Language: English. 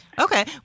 Okay